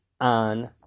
on